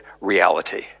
reality